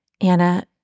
Anna